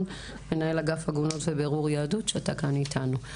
מנהל אגף עגינות ובירור יהדות שאתה כאן איתנו.